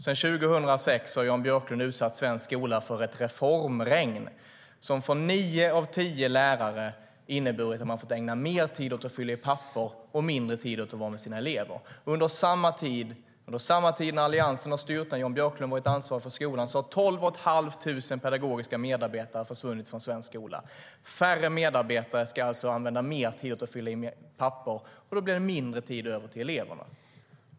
Sedan 2006 har Jan Björklund utsatt svensk skola för ett reformregn som för nio av tio lärare inneburit att de har fått ägna mer tid åt att fylla i papper och mindre tid åt att vara med sina elever. Under samma tid som Alliansen har styrt och Jan Björklund varit ansvarig för skolan har tolv och ett halvt tusen pedagogiska medarbetare försvunnit från svensk skola. Färre medarbetare ska alltså använda mer tid till att fylla i papper, och då blir det mindre tid över till eleverna.